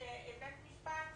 ושבית משפט